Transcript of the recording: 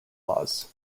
laws